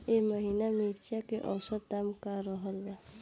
एह महीना मिर्चा के औसत दाम का रहल बा?